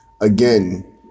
Again